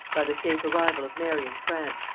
by the safe arrival of mary in france,